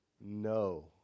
No